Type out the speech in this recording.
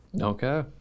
Okay